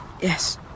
Yes